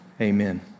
amen